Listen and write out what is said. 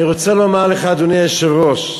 אני רוצה לומר לך, אדוני היושב-ראש: